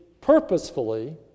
purposefully